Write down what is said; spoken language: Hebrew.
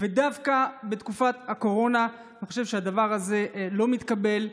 ודווקא בתקופת הקורונה אני חושב שהדבר הזה לא מתקבל.